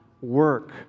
work